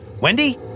Wendy